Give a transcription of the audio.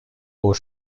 aux